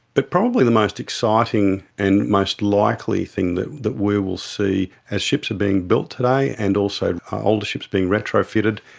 but probably the most exciting and most likely thing that that we will see as ships are being built today and also ah older ships are being retrofitted,